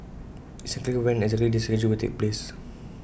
IT is unclear when exactly this surgery will take place